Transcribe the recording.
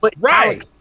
Right